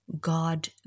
God